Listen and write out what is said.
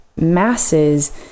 masses